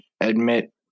admit